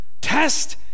Test